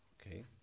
Okay